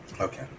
Okay